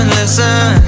listen